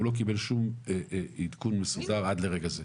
הוא לא קיבל שום עדכון מסודר עד לרגע זה.